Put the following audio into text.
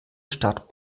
stadt